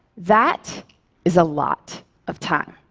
that is a lot of time.